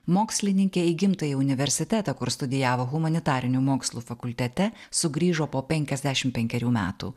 mokslininkė į gimtąjį universitetą kur studijavo humanitarinių mokslų fakultete sugrįžo po penkiasdešim penkerių metų